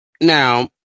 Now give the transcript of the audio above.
now